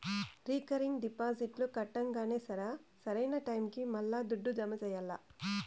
recurring డిపాజిట్లు కట్టంగానే సరా, సరైన టైముకి మల్లా దుడ్డు జమ చెయ్యాల్ల